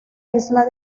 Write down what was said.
isla